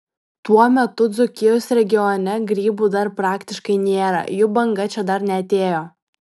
tuo metu dzūkijos regione grybų dar praktiškai nėra jų banga čia dar neatėjo